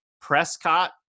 prescott